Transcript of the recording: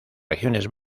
regiones